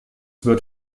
wird